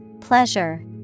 Pleasure